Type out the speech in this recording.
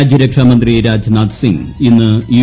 രാജ്യരക്ഷാ മന്ത്രി രാജ്നാഥ് സിംഗ്ട് ഇന്ന് യു